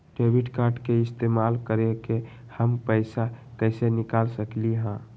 Debit card के इस्तेमाल करके हम पैईसा कईसे निकाल सकलि ह?